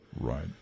Right